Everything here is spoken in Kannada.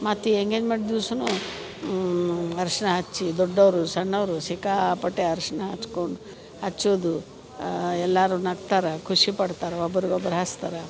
ಮತ್ತು ಎಂಗೇಜ್ಮೆಂಟ್ ದಿವ್ಸವೂ ಅರ್ಶಿನ ಹಚ್ಚಿ ದೊಡ್ಡವರು ಸಣ್ಣವರು ಸಿಕ್ಕಾಪಟ್ಟೆ ಅರ್ಶಿನ ಹಚ್ಕೊಂಡ್ ಹಚ್ಚುದು ಎಲ್ಲರೂ ನಗ್ತಾರೆ ಖುಷಿ ಪಡ್ತಾರೆ ಒಬ್ರಿಗೆ ಒಬ್ರು ಹಚ್ತಾರ್